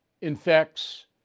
infects